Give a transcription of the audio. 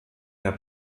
der